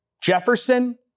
Jefferson